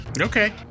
Okay